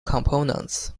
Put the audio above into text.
components